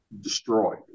destroyed